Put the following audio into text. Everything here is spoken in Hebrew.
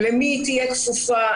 למי היא תהיה כפופה,